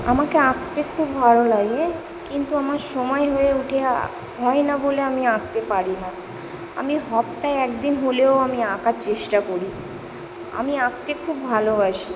আমাকে আঁকতে খুব ভালো লাগে কিন্তু আমার সময় হয়ে উঠে হয় না বোলে আমি আঁকতে পারি না আমি সপ্তাহে এক দিন হলেও আমি আঁকার চেষ্টা করি আমি আঁকতে খুব ভালোবাসি